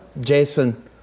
Jason